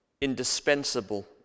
indispensable